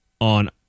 on